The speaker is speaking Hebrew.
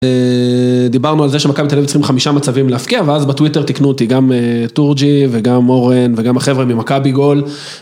דיברנו על זה שמכבי תל אביב צריכים חמישה מצבים להבקיע ואז בטוויטר תקנו אותי גם תורג'י וגם אורן וגם החבר'ה ממכבי גול